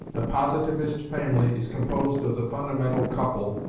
the positivist family is composed of the fundamental couple,